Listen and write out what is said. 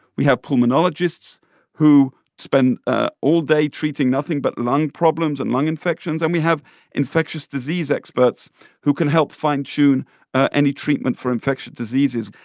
we have pulmonologists who spend ah all day treating nothing but lung problems and lung infections, and we have infectious disease experts who can help fine-tune any treatment for infectious diseases.